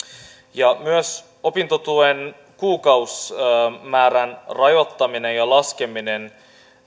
myös opintotuen kuukausimäärän rajoittaminen ja laskeminen